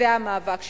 וזה המאבק שבפנינו.